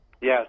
Yes